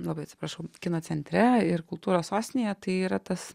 labai atsiprašau kino centre ir kultūros sostinėje tai yra tas